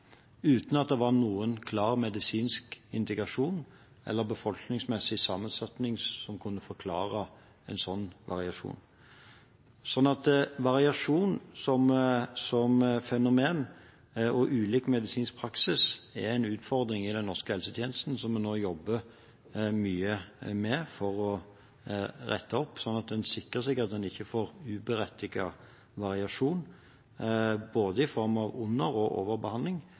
uten at det var noen klar medisinsk indikasjon eller befolkningsmessig sammensetning som kunne forklare en slik variasjon. Variasjon som fenomen og ulik medisinsk praksis er en utfordring i den norske helsetjenesten som vi nå jobber mye med for å rette opp, slik at en sikrer seg at en ikke får uberettiget variasjon, i form av både under- og